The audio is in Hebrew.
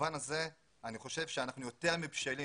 במובן הזה אני חושב שאנחנו יותר מבשלים,